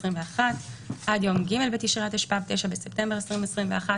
כהגדרתו בתקנה 4ג(ה),